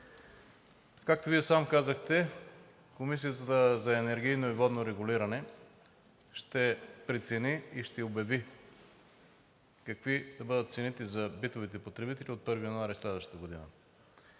както Вие сам казахте, Комисията за енергийно и водно регулиране ще прецени и ще обяви какви да бъдат цените за битовите потребители от 1 януари следващата година.